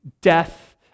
death